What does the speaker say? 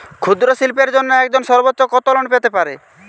ক্ষুদ্রশিল্পের জন্য একজন সর্বোচ্চ কত লোন পেতে পারে?